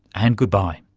and goodbye